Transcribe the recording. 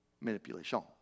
Manipulation